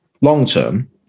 long-term